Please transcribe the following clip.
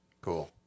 Cool